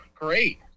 great